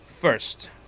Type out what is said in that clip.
first